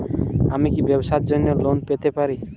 আমি কি ব্যবসার জন্য লোন পেতে পারি?